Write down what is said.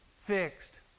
fixed